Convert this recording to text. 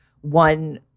one